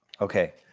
Okay